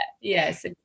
yes